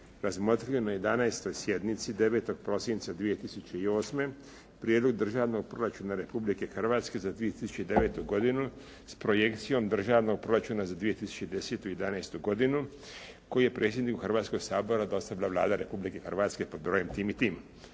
razmotrio je na 11. sjednici 9. prosinca 2008. Prijedlog Državnog proračuna Republike Hrvatske za 2009. godinu s projekcijom Državnog proračuna za 2010. i '11. godinu koju je predsjedniku Hrvatskoga sabora dostavila Vlada Republike Hrvatske pod brojem tim i tim.